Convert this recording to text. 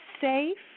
Safe